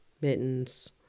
mittens